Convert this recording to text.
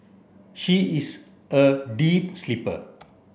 she is a deep sleeper